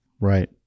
Right